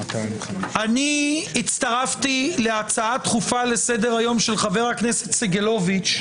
אני הצטרפתי להצעה דחופה לסדר היום של חבר הכנסת סגלוביץ',